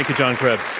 john krebs.